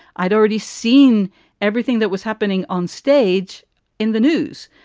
i'd already seen everything that was happening on stage in the news.